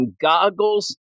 goggles